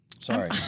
Sorry